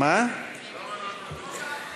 למה לנו אין מיקרופון?